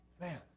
Man